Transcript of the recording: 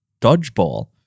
dodgeball